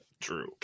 True